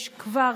יש כבר,